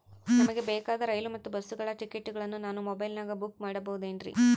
ನಮಗೆ ಬೇಕಾದ ರೈಲು ಮತ್ತ ಬಸ್ಸುಗಳ ಟಿಕೆಟುಗಳನ್ನ ನಾನು ಮೊಬೈಲಿನಾಗ ಬುಕ್ ಮಾಡಬಹುದೇನ್ರಿ?